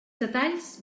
detalls